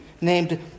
named